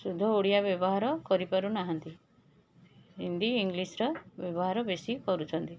ଶୁଦ୍ଧ ଓଡ଼ିଆ ବ୍ୟବହାର କରିପାରୁନାହାନ୍ତି ହିନ୍ଦୀ ଇଂଲିଶ୍ର ବ୍ୟବହାର ବେଶୀ କରୁଛନ୍ତି